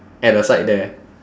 at the side there